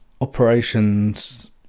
operations